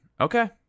okay